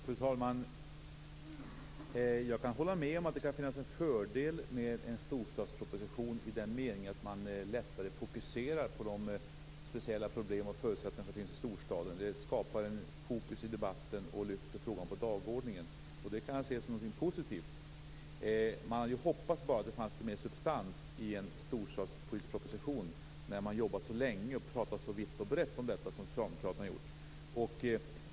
Fru talman! Jag kan hålla med om att det kan finnas en fördel med en storstadsproposition i den meningen att man lättare fokuserar på de speciella problem och förutsättningar som finns i storstaden. Det skapar fokus i debatten och lyfter frågan på dagordningen, vilket jag kan se som någonting positivt. Jag hade dock hoppats att det skulle finnas litet mera substans i en storstadspolitisk proposition när man nu har jobbat så länge och talat så vitt och brett om detta som socialdemokraterna har gjort.